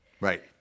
Right